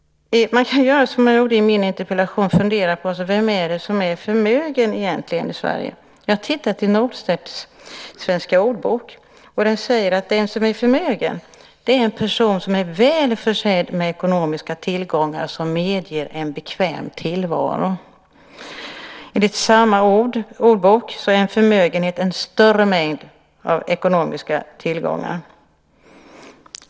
Man kan göra som jag gjorde i min interpellation, nämligen fundera på vem som egentligen är förmögen i Sverige. Jag har tittat i Norstedts svenska ordbok. Där står det att den som är förmögen är en person som är väl försedd med ekonomiska tillgångar som medger en bekväm tillvaro. Enligt samma ordbok är en förmögenhet en större mängd av ekonomiska tillgångar.